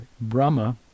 Brahma